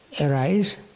arise